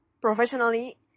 professionally